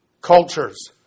cultures